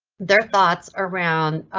their thoughts around,